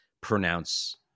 pronounce